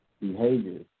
behaviors